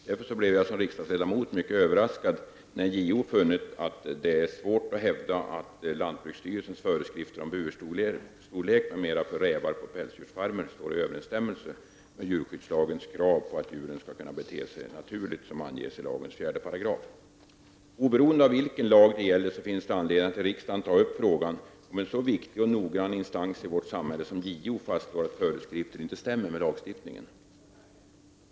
Därför blev jag som riksdagsledamot mycket överraskad när JO funnit att det är svårt att hävda att lantbruksstyrelsens föreskrifter om burstorlek m.m. för rävar på pälsdjursfarmar står i överensstämmelse med djurskyddslagens krav på att djuren skall kunna bete sig naturligt, som anges i lagens 4§. Oberoende av vilken lag det gäller finns det anledning att i riksdagen ta upp frågan när en så viktig och noggrann instans i vårt samhälle som JO fastslår att föreskrifter inte stämmer överens med lagstiftningen.